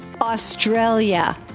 Australia